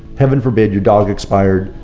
heaven forbid your dog expired,